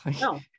No